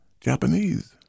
Japanese